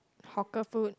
hawker food